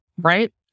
right